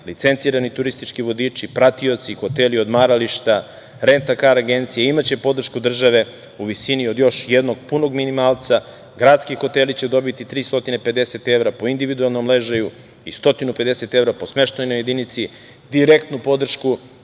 licencirani turistički vodiči, pratioci, hoteli, odmarališta, renta kar agencije, imaće podršku države u visini od još jednog punog minimalca. Gradski hoteli će dobiti 350 evra po individualnom ležaju, i 150 evra po smeštajnoj jedinici. Direktnu podršku